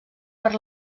per